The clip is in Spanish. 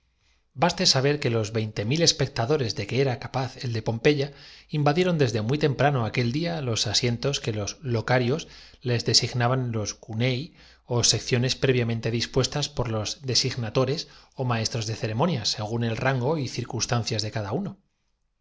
baste saber que los veinte mil especta de las cabezas de los circunstantes corrían unos toldos dores de que era capaz el de pompeya invadieron de lona que en los grandes circenses romanos solían desde muy temprano aquel día los asientos que los ser de seda y púrpura bordados de oro locarlos les designaban en los cunei ó secciones previa bajo el podio en derredor de la arena estaban las mente dispuestas por los designatores ó maestros de cavece bóvedas ó casetas poco elevadas con sus posticeremonias según el rango y circunstancias de cada cce